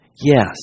Yes